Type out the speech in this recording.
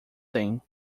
tem